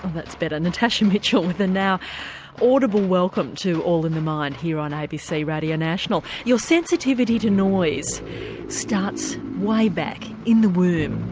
that's better, natasha mitchell with a now audible welcome to all in the mind here on abc radio national. your sensitivity to noise starts way back in the womb.